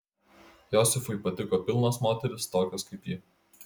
josifui patiko pilnos moterys tokios kaip ji